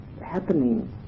happening